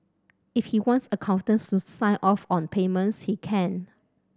if he wants accountants to sign off on payments he can